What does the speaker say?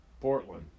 Portland